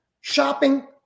shopping